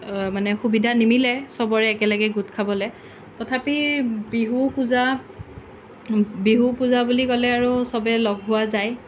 অ মানে সুবিধা নিমিলে সবৰে একেলগে গোট খাবলৈ তথাপি বিহু পূজা বিহু পূজা বুলি ক'লে আৰু সবে লগ হোৱা যায়